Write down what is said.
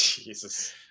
Jesus